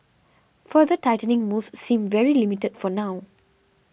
further tightening moves seem very limited for now